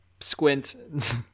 squint